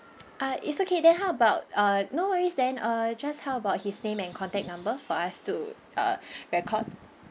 uh it's okay then how about uh no worries then uh just how about his name and contact number for us to uh record